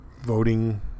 voting